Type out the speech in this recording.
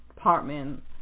Apartment